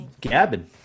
gabbing